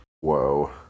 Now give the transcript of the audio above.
Whoa